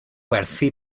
werthu